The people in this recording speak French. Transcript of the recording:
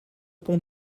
pont